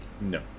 No